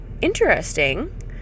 interesting